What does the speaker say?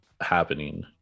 happening